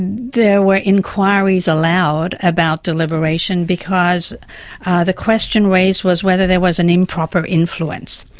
there were enquiries allowed about deliberation because the question raised was whether there was an improper influence.